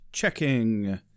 Checking